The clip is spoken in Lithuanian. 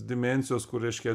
dimensijos kur reiškia